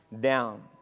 down